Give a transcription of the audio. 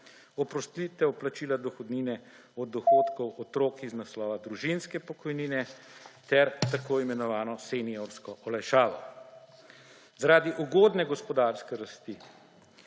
oprostitev plačila dohodnine od dohodkov otrok iz naslova družinske pokojnine ter tako imenovano seniorsko olajšavo. Zaradi ugodne gospodarske rasti